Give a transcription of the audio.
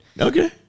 Okay